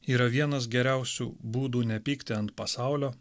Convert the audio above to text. yra vienas geriausių būdų nepykti ant pasaulio